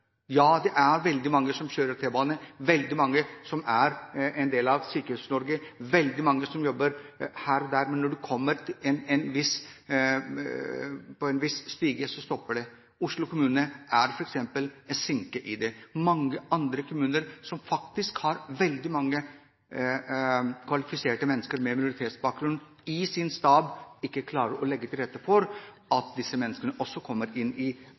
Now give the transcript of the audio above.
Ja, det er veldig mange som kjører T-bane, veldig mange som er en del av Sykehus-Norge, veldig mange som jobber her og der, men når du kommer opp på et visst trinn, stopper det. Oslo kommune f.eks. er en sinke. Mange andre kommuner som faktisk har veldig mange kvalifiserte mennesker med minoritetsbakgrunn i sin stab, klarer ikke å legge til rette for at disse menneskene også kommer inn i